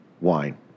wine